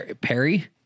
Perry